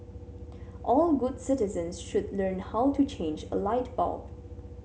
all good citizens should learn how to change a light bulb